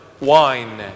Wine